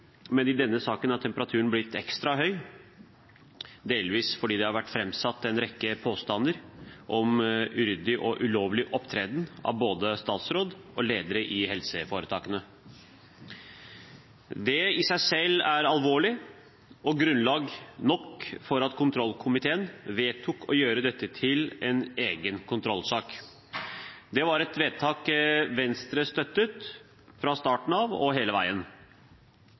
men i denne saken har temperaturen blitt ekstra høy, delvis fordi det har vært framsatt en rekke påstander om uryddig og ulovlig opptreden av både statsråd og ledere i helseforetakene. Det i seg selv er alvorlig og grunnlag nok for at kontrollkomiteen vedtok å gjøre dette til en egen kontrollsak. Det var et vedtak Venstre støttet fra starten av og hele veien.